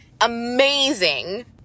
amazing